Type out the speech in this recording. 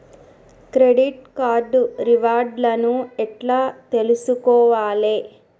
Credit card reward లను ఎట్ల తెలుసుకోవాలే?